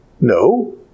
no